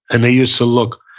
and they used to look.